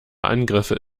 angriffe